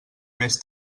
més